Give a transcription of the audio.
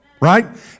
Right